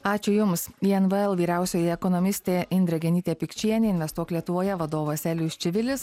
ačiū jums invl vyriausioji ekonomistė indrė genytė pikčienė investuok lietuvoje vadovas elijus čivilis